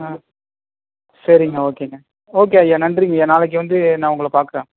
சரிங்க ஓகேங்க ஓகே ஐயா நன்றிங்கய்யா நாளைக்கு வந்து நான் உங்களை பார்க்கறேன்